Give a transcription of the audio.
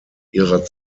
ihrer